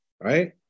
right